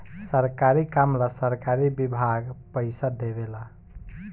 सरकारी काम ला सरकारी विभाग पइसा देवे ला